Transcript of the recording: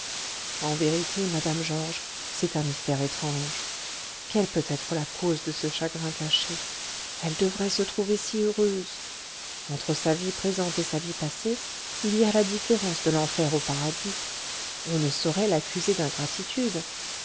en vérité madame georges c'est un mystère étrange quelle peut être la cause de ce chagrin caché elle devrait se trouver si heureuse entre sa vie présente et sa vie passée il y a la différence de l'enfer au paradis on ne saurait l'accuser